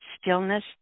Stillness